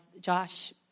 Josh